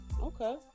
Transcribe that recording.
Okay